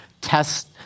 test